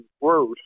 worse